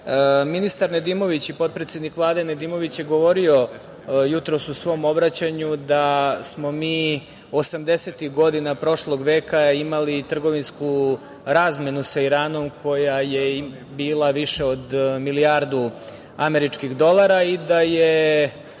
Iran. Ministar Nedimović i potpredsednik Vlade, Nedimović je govorio jutros u svom obraćanju da smo mi osamdesetih godina prošlog veka imali trgovinsku razmenu sa Iranom koja je bila više od milijardu američkih dolara i da je